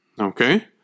Okay